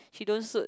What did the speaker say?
she don't suit